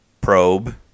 probe